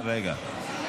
רגע, רגע.